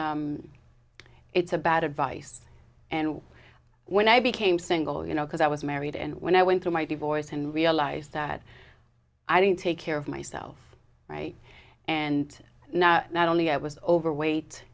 it's it's a bad advice and when i became single you know because i was married and when i went through my divorce and realised that i didn't take care of myself and now not only i was overweight